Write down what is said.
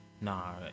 nah